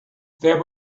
there